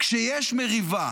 כשיש מריבה